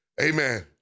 amen